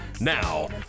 Now